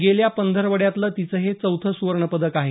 गेल्या पंधरवडाभरातलं तिचं हे चौथं सुवर्णपदक आहे